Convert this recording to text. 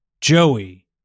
Joey